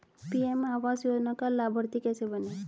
PM आवास योजना का लाभर्ती कैसे बनें?